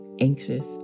anxious